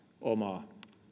omaa